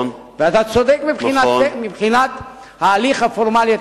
ואתה צודק מבחינת ההליך הפורמלי.